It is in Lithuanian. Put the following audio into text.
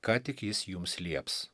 ką tik jis jums lieps